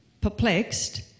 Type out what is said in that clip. perplexed